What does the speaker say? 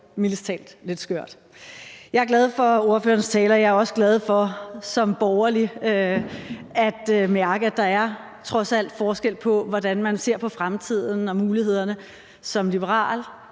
mildest talt lidt skørt. Jeg er glad for ordførerens tale, og jeg er også glad for som borgerlig at mærke, at der trods alt er forskel på, hvordan man ser på fremtiden og mulighederne som liberal,